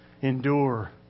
endure